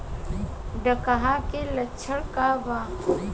डकहा के लक्षण का वा?